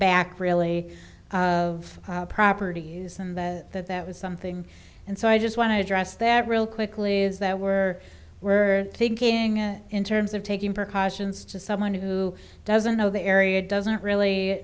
back really of property use and that that was something and so i just want to address that real quickly is that were we're thinking in terms of taking precautions to someone who doesn't know the area doesn't really